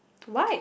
like